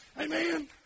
Amen